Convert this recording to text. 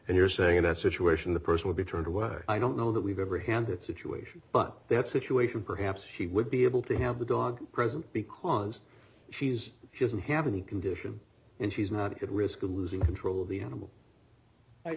and you're saying in that situation the person would be turned away i don't know that we've ever handed situation but they had situation perhaps she would be able to have the dog present because she's she isn't having the condition and she's not at risk of losing control of the animal i